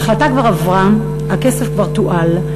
ההחלטה כבר עברה, הכסף כבר תועל.